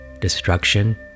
destruction